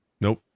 nope